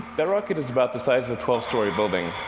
that rocket is about the size of a twelve story building.